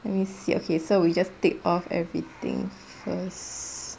let me see okay so we just take off everything first